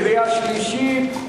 בקריאה שלישית.